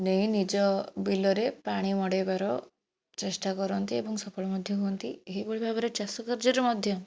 ନେଇ ନିଜ ବିଲରେ ପାଣି ମଡ଼ାଇବାର ଚେଷ୍ଟା କରନ୍ତି ଏବଂ ସଫଳ ମଧ୍ୟ ହୁଅନ୍ତି ଏହିଭଳି ଭାବରେ ଚାଷକାର୍ଯ୍ୟରେ ମଧ୍ୟ